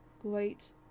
Great